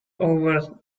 over